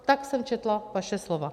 Tak jsem četla vaše slova.